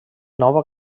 nova